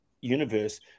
universe